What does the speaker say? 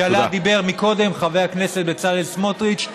שעליה דיבר קודם חבר הכנסת בצלאל סמוטריץ,